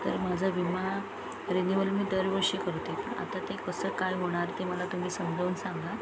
तर माझा विमा रिन्यूवल मी दरवर्षी करते आता ते कसं काय होणार ते मला तुम्ही समजवून सांगा